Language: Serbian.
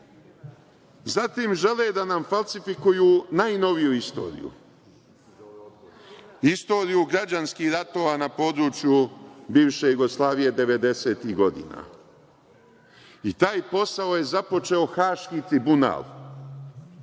žele da nam falsifikuju najnoviju istoriju, istoriju građanskih ratova na području bivše Jugoslavije devedesetih godina. Taj posao je započeo Haški tribunal.